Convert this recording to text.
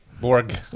Borg